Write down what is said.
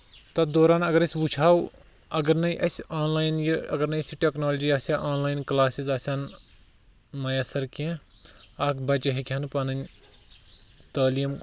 تَتھ دوران اَگر أسۍ وُچھ ہاو اَگر نے اَسہِ آن لاین یہِ اَگر نہ اَسہِ یہِ ٹیٚکنالوجی آسہِ ہا آن لاین کٕلاسز آسہِ ہن مۄیثر کیٚنہہ اکھ بَچہٕ ہیٚکہِ ہا نہٕ پَنٕنۍ تعالیٖم